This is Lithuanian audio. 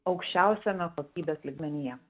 aukščiausiame kokybės lygmenyje